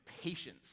patience